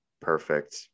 perfect